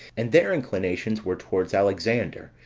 and their inclinations were towards alexander,